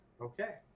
Okay